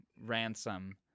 Ransom